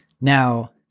Now